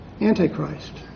Antichrist